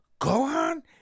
Gohan